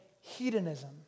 hedonism